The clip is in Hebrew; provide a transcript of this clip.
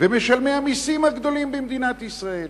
ומשלמי המסים הגדולים במדינת ישראל.